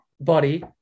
body